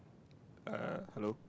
uh hello